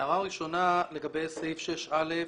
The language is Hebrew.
הערה ראשונה לגבי סעיף 6(א),